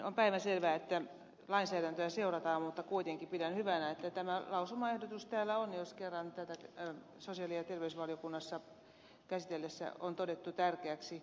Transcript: on päivänselvää että lainsäädäntöä seurataan mutta kuitenkin pidän hyvänä että tämä lausumaehdotus täällä on jos se kerran sosiaali ja terveysvaliokunnassa käsiteltäessä on todettu tärkeäksi